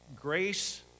grace